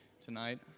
tonight